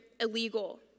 illegal